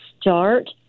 start